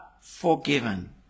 forgiven